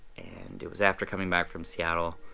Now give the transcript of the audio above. and it was after coming back from seattle.